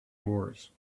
moors